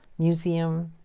museum,